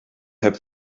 heb